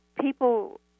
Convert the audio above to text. People